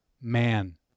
Man